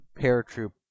paratroop